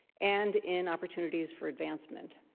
and in opportunities for advancement.